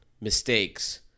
Mistakes